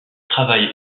travaille